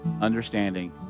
understanding